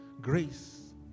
grace